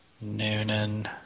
Noonan